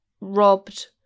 robbed